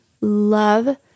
love